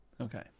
Okay